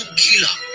killer